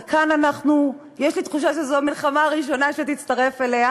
וכאן יש לי תחושה שזו המלחמה הראשונה שתצטרף אליה